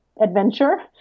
adventure